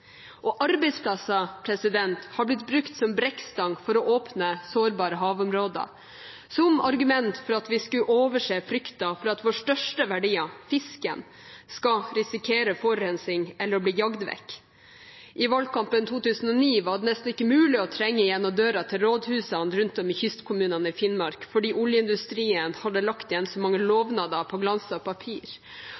Arbeidsplasser har blitt brukt som brekkstang for å åpne sårbare havområder, som argument for at vi skulle overse frykten for at vår største verdi, fisken, skal risikere forurensing eller å bli jaget vekk. I valgkampen 2009 var det nesten ikke mulig å trenge gjennom døra til rådhusene rundt om i kystkommunene i Finnmark, fordi oljeindustrien hadde lagt igjen så mange